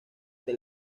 the